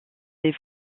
des